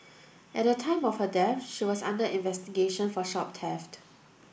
at the time of her death she was under investigation for shop theft